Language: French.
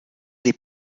des